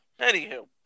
Anywho